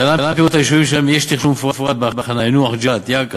להלן פירוט היישובים שבהם יש תכנון מפורט בהכנה: יאנוח-ג'ת,